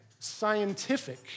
scientific